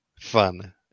fun